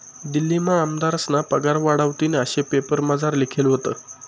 दिल्लीमा आमदारस्ना पगार वाढावतीन आशे पेपरमझार लिखेल व्हतं